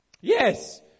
yes